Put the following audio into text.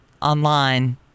online